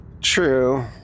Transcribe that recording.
True